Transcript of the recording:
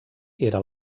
era